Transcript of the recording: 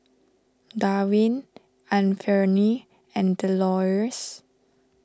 Dwain Anfernee and Delores